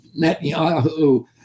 Netanyahu